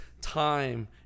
time